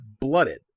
blooded